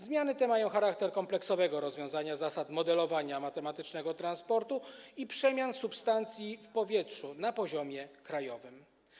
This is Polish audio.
Zmiany te mają charakter kompleksowego rozwiązania w odniesieniu do zasad modelowania matematycznego transportu i przemian substancji w powietrzu na poziomie krajowym.